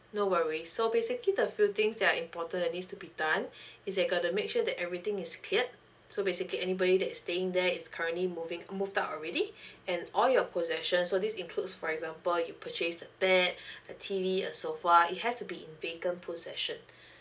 no worries so basically the few things that are important and needs to be done is that you got to make sure that everything is cleared so basically anybody that is staying there is currently moving move out already and all your possession so this includes for example you purchase the tab a T_V a sofa it has be in vacant possession